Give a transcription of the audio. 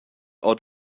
ord